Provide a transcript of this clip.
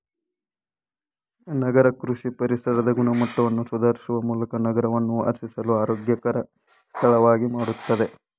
ನಗರ ಕೃಷಿ ಪರಿಸರದ ಗುಣಮಟ್ಟವನ್ನು ಸುಧಾರಿಸುವ ಮೂಲಕ ನಗರವನ್ನು ವಾಸಿಸಲು ಆರೋಗ್ಯಕರ ಸ್ಥಳವಾಗಿ ಮಾಡ್ತದೆ